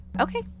okay